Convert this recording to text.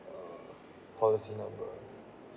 uh policy number